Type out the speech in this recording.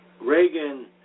Reagan